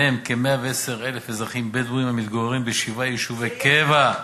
ומהם כ-110,000 אזרחים בדואים המתגוררים בשבעה יישובי קבע,